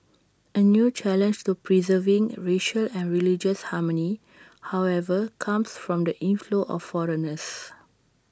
A new challenge to preserving racial and religious harmony however comes from the inflow of foreigners